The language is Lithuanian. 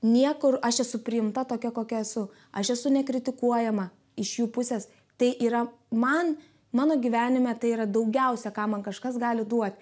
niekur aš esu priimta tokia kokia esu aš esu nekritikuojama iš jų pusės tai yra man mano gyvenime tai yra daugiausia ką man kažkas gali duoti